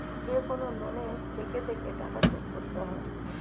যেকনো লোনে থেকে থেকে টাকা শোধ করতে হয়